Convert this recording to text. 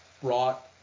brought